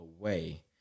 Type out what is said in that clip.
away